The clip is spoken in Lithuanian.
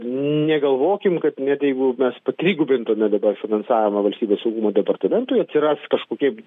negalvokim kad net jeigu mes buvęs patrigubintume dabar finansavimą valstybės saugumo departamentui atsiras kažkokie